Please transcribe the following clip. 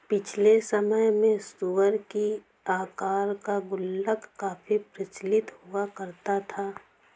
पिछले समय में सूअर की आकार का गुल्लक काफी प्रचलित हुआ करता था